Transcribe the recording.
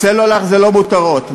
סלולר זה לא מותרות,